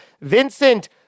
vincent